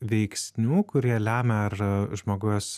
veiksnių kurie lemia ar žmogus